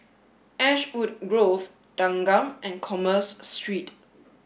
Ashwood Grove Thanggam and Commerce Street